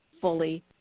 fully